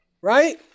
Right